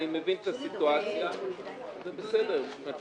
אני מבין את הסיטואציה, זה בסדר מבחינתי.